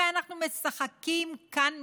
הרי אנחנו משחקים כאן משחק,